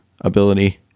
ability